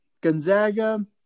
Gonzaga